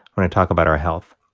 going to talk about our health,